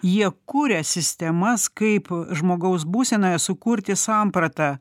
jie kuria sistemas kaip žmogaus būsenoje sukurti sampratą